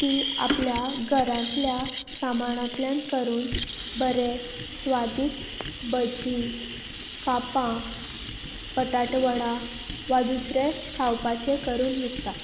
ती आपल्या घरांतल्या सामाळांतल्यान करून बरें स्वादीक भजी कापां बटाटवडा वा दुसरें खावपाचें करून विकता